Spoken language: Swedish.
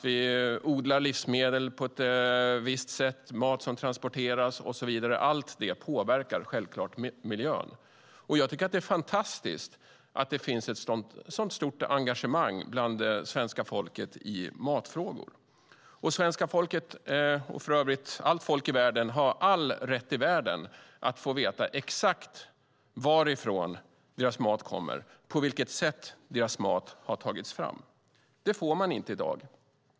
Vi odlar livsmedel på ett visst sätt, mat transporteras och så vidare. Allt detta påverkar självfallet miljön. Jag tycker att det är fantastiskt att det finns ett sådant stort engagemang bland svenska folket i matfrågor. Svenska folket, och för övrigt allt folk i världen, har all rätt i världen att få veta exakt varifrån deras mat kommer och på vilket sätt deras mat har tagits fram. Det får man inte i dag.